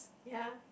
ya